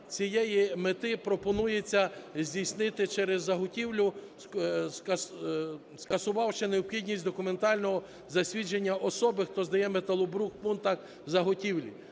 цієї мети пропонується здійснити через заготівлю, скасувавши необхідність документального засвідчення особи, хто здає металобрухт у пунктах заготівлі.